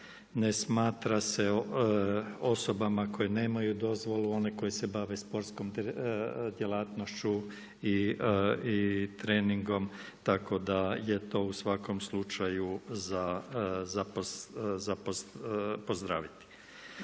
ne smatra se osobama koje nemaju dozvolu one koje se bave sportskom djelatnošću i treningom, tako da je to u svakom slučaju za pozdraviti.